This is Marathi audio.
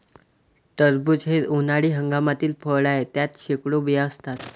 टरबूज हे उन्हाळी हंगामातील फळ आहे, त्यात शेकडो बिया असतात